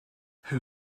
who